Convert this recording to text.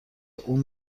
اون